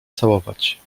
całować